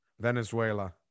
Venezuela